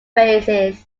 faces